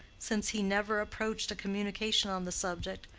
since he never approached a communication on the subject,